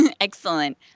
Excellent